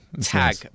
Tag